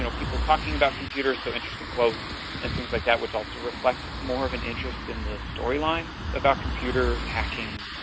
you know people talking about computers, so interesting quotes and things like that which also reflect more of an interest in the storylines about computer hacking,